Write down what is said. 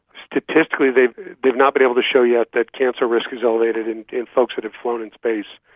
statistically they they have not been able to show yet that cancer risk is elevated in in folks that have flown in space,